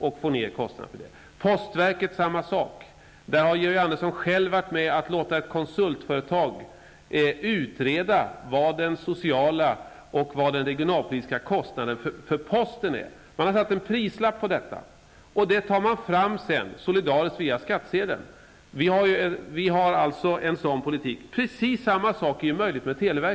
Med postverket är det på samma sätt. Georg Andersson har själv varit med och låtit ett konsultföretag utreda vad den sociala och den regionalpolitiska kostnaden för posten är. Man har satt en prislapp på detta. Kostnaden finansieras därefter solidariskt via skattsedeln. En sådan politik har vi allså. Med televerket är precis samma sak möjlig.